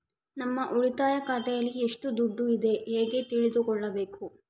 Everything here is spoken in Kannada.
ನಮ್ಮ ಉಳಿತಾಯ ಖಾತೆಯಲ್ಲಿ ಎಷ್ಟು ದುಡ್ಡು ಇದೆ ಹೇಗೆ ತಿಳಿದುಕೊಳ್ಳಬೇಕು?